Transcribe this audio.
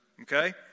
Okay